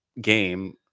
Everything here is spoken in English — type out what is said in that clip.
game